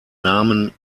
namen